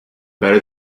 better